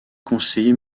conseiller